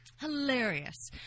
Hilarious